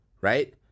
right